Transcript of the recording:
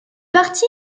parti